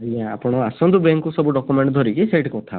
ଆଜ୍ଞା ଆପଣ ଆସନ୍ତୁ ବ୍ୟାଙ୍କ୍ କୁ ସବୁ ଡକ୍ୟୁମେଣ୍ଟ ଧରିକି ସେଇଠି କଥା ହବା